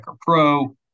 Pro